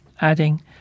adding